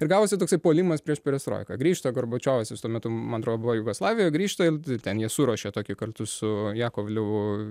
ir gavosi toksai puolimas prieš perestroiką grįžta gorbačiovas jis tuo metu man atrodo buvo jugoslavijoj grįžta ir ten jie suruošė tokį kartu su jakovlevu